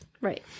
right